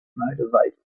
motivate